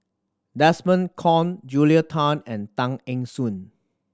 Desmond Kon Julia Tan and Tay Eng Soon